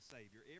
Savior